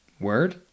word